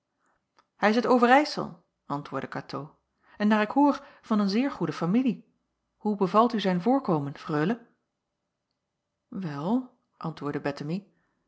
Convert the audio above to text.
hij is uit overijsel antwoordde katoo en naar ik hoor van een zeer goede familie hoe bevalt u zijn voorkomen freule wel